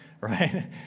right